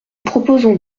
proposons